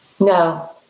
No